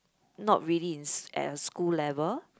not really in at a school level